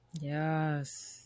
Yes